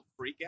freakout